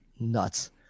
nuts